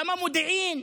גם המודיעין,